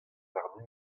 warn